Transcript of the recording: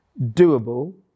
doable